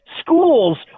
schools